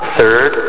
Third